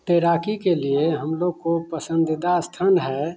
तैराकी के लिए हम लोग को पसंदीदा स्थान है